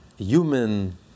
human